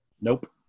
nope